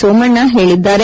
ಸೋಮಣ್ನ ಹೇಳಿದ್ದಾರೆ